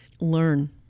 learn